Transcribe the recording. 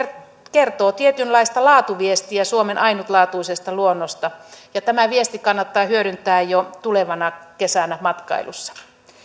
kertoo tietynlaista laatuviestiä suomen ainutlaatuisesta luonnosta ja tämä viesti kannattaa hyödyntää jo tulevana kesänä matkailussa